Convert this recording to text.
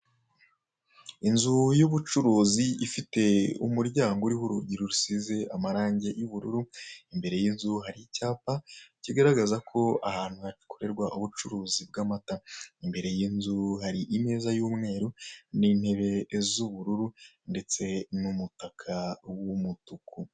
Inzu y'ubucuruzi ifite umuryango uriho urugi rusize amarange y'ubururu, imbere y'inzu hari icyapa kigaragaza ko aha hantu hakorerwa ubucuruzi bw'amata, imbere y'inzu hari imeza y'umweru n'intebe z'ubururu ndetse n'umutaka w'umutuku.